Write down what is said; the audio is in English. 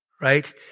right